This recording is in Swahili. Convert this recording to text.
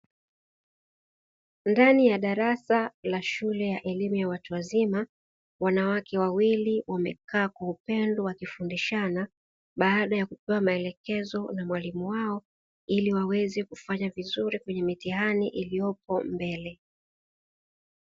Ndani ya darasa la shule ya elimu ya watu wazima wanawake wawili wamekaa kwa upendo wakifundishana baada ya kupewa maelekezo na mwalimu wao, ili waweze kufanya vizuri kwenye mitihani iliyopo mbele.